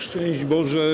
Szczęść Boże!